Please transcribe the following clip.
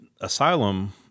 asylum